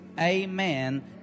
Amen